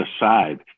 aside